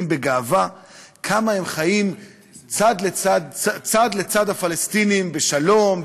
בגאווה כמה הם חיים לצד הפלסטינים בשלום,